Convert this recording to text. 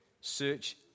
search